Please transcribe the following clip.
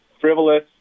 frivolous